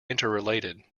interrelated